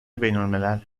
بینالملل